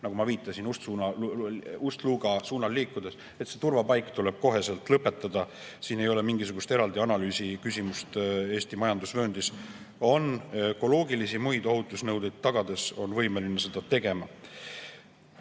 nagu ma viitasin, Ust-Luga suunal liikudes, see turvapaik tuleb koheselt lõpetada. Siin ei ole mingisugust eraldi analüüsi küsimust, Eesti majandusvööndis ökoloogilisi ja muid ohutusnõudeid tagades on võimalik seda teha.